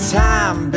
time